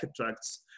attracts